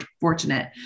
fortunate